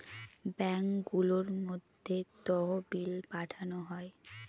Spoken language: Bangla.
ব্যাঙ্কগুলোর মধ্যে তহবিল পাঠানো হয়